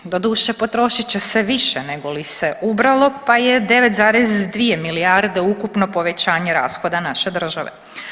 Doduše potrošit će se više negoli se ubralo, pa je 9,2 milijarde ukupno povećanje rashoda naše države.